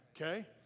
Okay